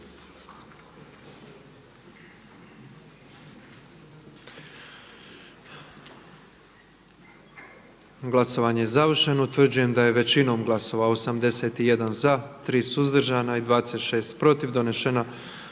Glasovanje je završeno. Utvrđujem da je većinom glasova 121 za, 5 suzdržani i s jednim